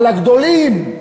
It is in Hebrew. על הגדולים,